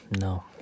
No